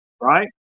Right